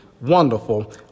wonderful